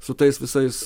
su tais visais